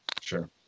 Sure